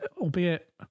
albeit